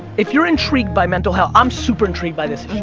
if you're intrigued by mental health, i'm super intrigued by this